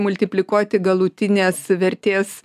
multiplikuoti galutinės vertės